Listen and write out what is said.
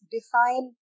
Define